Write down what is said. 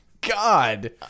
God